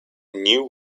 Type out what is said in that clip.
new